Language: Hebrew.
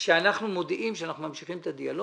כאשר אנחנו מודיעים שאנחנו ממשיכים את הדיאלוג.